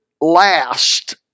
last